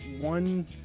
one